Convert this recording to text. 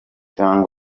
com